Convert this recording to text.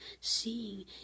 seeing